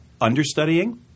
Understudying